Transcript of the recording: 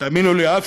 תאמינו לי, אף